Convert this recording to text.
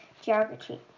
geography